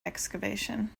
excavation